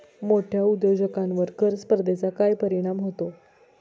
मोठ्या उद्योजकांवर कर स्पर्धेचा काय परिणाम होतो?